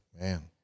Man